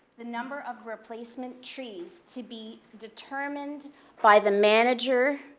the number of replacement trees to be determined by the manager,